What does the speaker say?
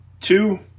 two